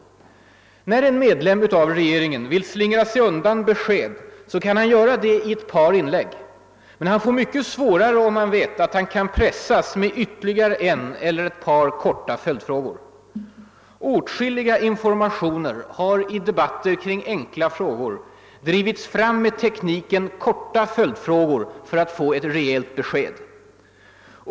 En medlem av regeringen som vill slingra sig undan besked kan göra det i ett par inlägg. Men det blir mycket svårare, om han vct att han kan pressas med ytterligare en eller ett par korta följdfrågor. Åtskilliga informationer har i debatter kring enkla frågor drivits fram med tekniken korta följdfrågor för att få ett rejält besked.